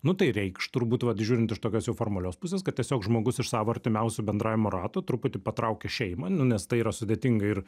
nu tai reikš turbūt vat žiūrint iš tokios jau formalios pusės kad tiesiog žmogus iš savo artimiausio bendravimo rato truputį patraukė šeimą nu nes tai yra sudėtinga ir